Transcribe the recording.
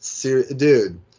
dude